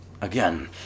Again